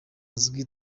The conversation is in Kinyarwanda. azwi